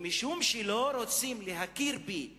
ומשום שלא רוצים להכיר בי כשונה,